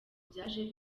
byaje